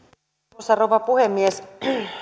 arvoisa rouva puhemies